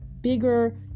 bigger